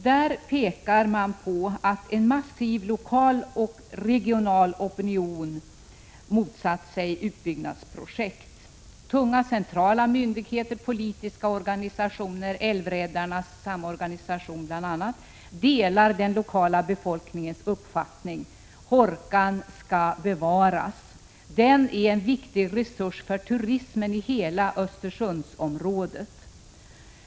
Där pekar centern och vpk på att en massiv lokal och regional opinion motsatt sig utbyggnadsprojekt. Tunga centrala myndigheter, politiska organisationer och Älvräddarnas samorganisation delar den lokala befolkningens uppfattning: Hårkan skall bevaras! Den är en viktig resurs för turismen i hela Östersundsområdet.